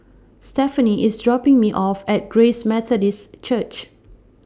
Stefani IS dropping Me off At Grace Methodist Church